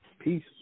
Peace